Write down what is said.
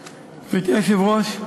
היושבת-ראש,